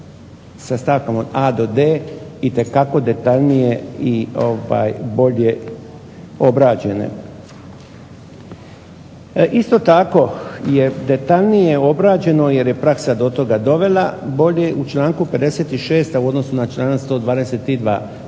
sa stavkom od a) do d) itekako detaljnije i bolje obrađene. Isto tako je detaljnije obrađeno jer je praksa do toga dovela bolje u članku 56. u odnosu na članak 122.